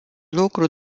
lucru